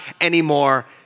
anymore